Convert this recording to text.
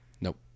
Nope